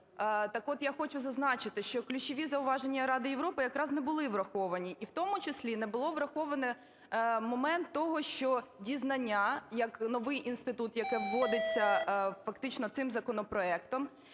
Так от, я хочу зазначити, що ключові зауваження Ради Європи якраз не були враховані і, в тому числі, не було враховано момент того, що дізнання як новий інститут, яке вводиться фактично цим законопроектом,